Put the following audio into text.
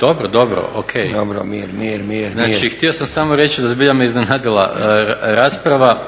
Dobro, dobro. Mir, mir./… Znači, htio sam samo reći, zbilja me iznenadila rasprava